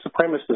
supremacists